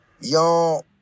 y'all